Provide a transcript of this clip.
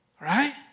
Right